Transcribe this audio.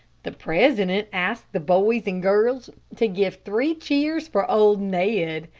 the president asked the boys and girls to give three cheers for old ned,